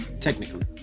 technically